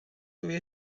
dwi